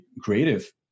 creative